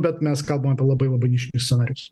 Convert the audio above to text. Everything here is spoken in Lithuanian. bet mes kalbam apie labai nišinius scenarijus